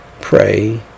pray